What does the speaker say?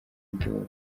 mbyumva